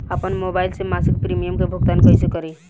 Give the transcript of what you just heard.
आपन मोबाइल से मसिक प्रिमियम के भुगतान कइसे करि?